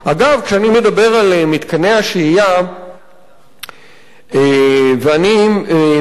כשאני מדבר על מתקני השהייה ואני מביא פה